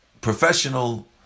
professional